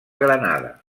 granada